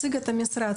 מגמה